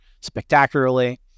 spectacularly